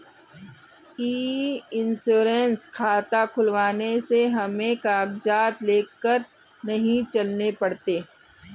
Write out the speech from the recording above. ई insurance खाता खुलवाने से हमें कागजात लेकर नहीं चलने पड़ते